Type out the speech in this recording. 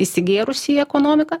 įsigėrusi į ekonomiką